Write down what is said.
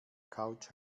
couch